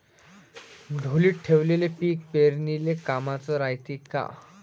ढोलीत ठेवलेलं पीक पेरनीले कामाचं रायते का?